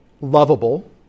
lovable